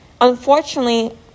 Unfortunately